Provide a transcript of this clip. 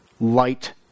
Light